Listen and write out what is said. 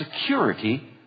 security